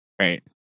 right